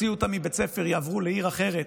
יוציאו אותם מבית הספר ויעברו לעיר אחרת.